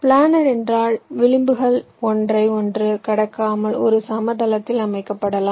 planar என்றால் விளிம்புகள் ஒன்றை ஒன்று கடக்காமல் ஒரு சமதளத்தில் அமைக்கப்படலாம்